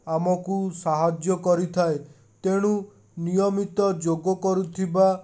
ଆମକୁ ସାହାଯ୍ୟ କରିଥାଏ ତେଣୁ ନିୟମିତ ଯୋଗ କରୁଥିବା